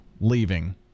leaving